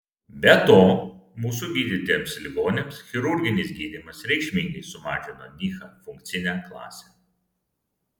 be to mūsų gydytiems ligoniams chirurginis gydymas reikšmingai sumažino nyha funkcinę klasę